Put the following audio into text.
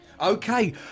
Okay